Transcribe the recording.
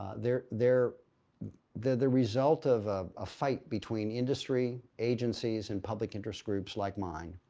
they're they're the result of of a fight between industry agencies and public interest groups like mine,